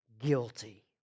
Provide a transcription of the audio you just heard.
guilty